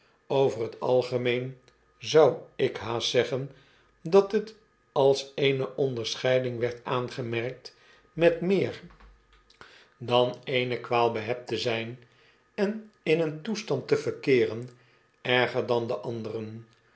over t algemeen zou ik haast zeggen dat t als eene onderscheiding werd aangemerkt met meer dan eene een reiziger die geen handel drijft kwaal behept te zijn en in een toestand te verkeeren erger clan de anderen